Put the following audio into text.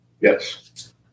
Yes